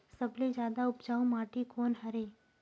सबले जादा उपजाऊ माटी कोन हरे?